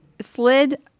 slid